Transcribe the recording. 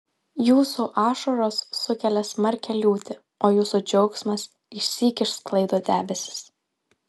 jūsų ašaros sukelia smarkią liūtį o jūsų džiaugsmas išsyk išsklaido debesis